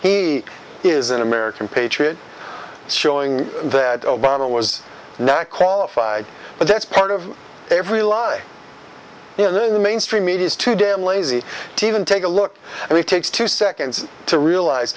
he is an american patriot showing that obama was not qualified but that's part of every lie in the mainstream media is too damn lazy to even take a look and it takes two seconds to realize